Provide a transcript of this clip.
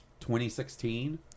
2016